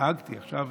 או נהגתי,